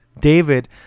David